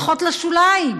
הולכות לשוליים.